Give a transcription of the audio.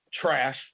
Trash